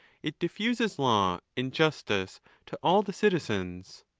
it diffuses law and justice to all the citizens.